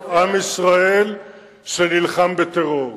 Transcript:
יש פה עם ישראל שנלחם בטרור.